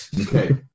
Okay